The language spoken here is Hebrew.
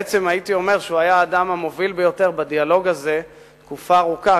בעצם הייתי אומר שהוא היה האדם המוביל ביותר בדיאלוג הזה תקופה ארוכה,